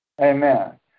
Amen